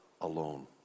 alone